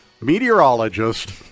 meteorologist